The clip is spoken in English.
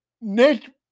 Nick